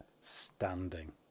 standing